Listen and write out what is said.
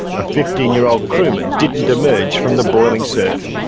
a fifteen year old crewman didn't emerge from the boiling surf.